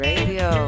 Radio